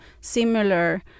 similar